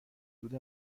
دود